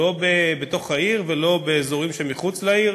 לא בתוך העיר ולא באזורים שמחוץ לעיר.